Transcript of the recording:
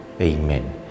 amen